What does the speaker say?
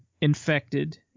infected